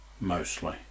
Mostly